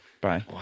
Bye